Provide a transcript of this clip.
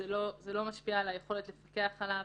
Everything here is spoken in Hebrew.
זה לא משפיע על היכולת לפקח עליו,